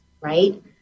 right